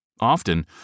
Often